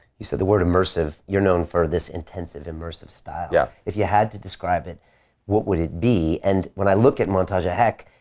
you said the word immersive, you're known for this intensive immersive style. yeah if you had to describe it, what would it be? and when i look at montage of heck,